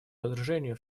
разоружению